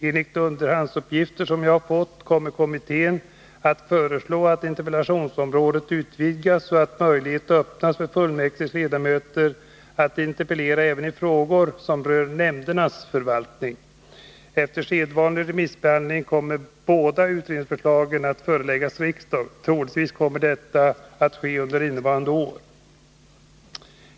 Enligt underhandsuppgifter som jag har fått kommer kommittén att föreslå att interpellationsområdet utvidgas, så att möjlighet öppnas för kommunfullmäktiges ledamöter att interpellera även i frågor som rör nämndernas förvaltning. Efter sedvanlig remissbehandling kommer båda utredningsförslagen att föreläggas riksdagen. Troligen kommer detta att ske under innevarande år.